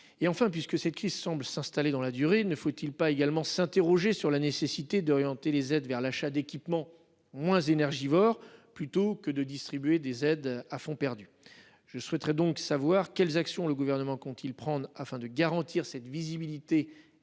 Et enfin, puisque cette qui semble s'installer dans la durée, ne faut-il pas également s'interroger sur la nécessité d'orienter les aides vers l'achat d'équipements moins énergivores, plutôt que de distribuer des aides à fonds perdus. Je souhaiterais donc savoir quelles actions le gouvernement compte-t-il prendre, afin de garantir cette visibilité et